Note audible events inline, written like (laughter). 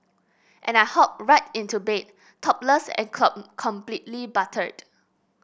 and I hop right into bed topless and (unintelligible) completely buttered